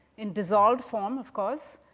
in dissolved form, of course.